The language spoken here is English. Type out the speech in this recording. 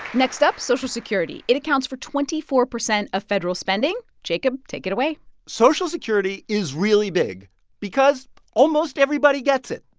next up, social security. it accounts for twenty four percent of federal spending. jacob, take it away social security is really big because almost everybody gets it.